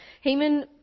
Haman